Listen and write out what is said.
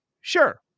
Sure